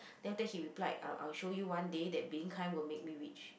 then after that he replied um I'll show you one day that being kind will make me rich